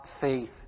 faith